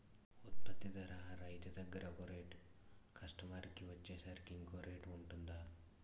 ఉత్పత్తి ధర రైతు దగ్గర ఒక రేట్ కస్టమర్ కి వచ్చేసరికి ఇంకో రేట్ వుంటుందా?